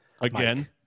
Again